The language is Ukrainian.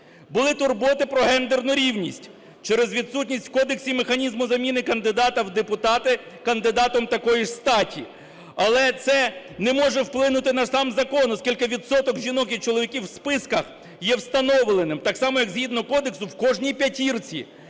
Були турботи про гендерну рівність через відсутність у кодексі механізму заміни кандидата в депутати кандидатом такої ж статі, але ж це не може вплинути на сам закон, оскільки відсоток жінок і чоловіків в списках є встановленим, так само, як згідно кодексу, в кожній п'ятірці